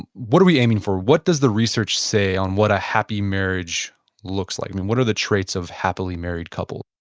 what are we aiming for? what does the research say on what a happy marriage looks like? what are the traits of a happily married couple?